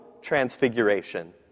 transfiguration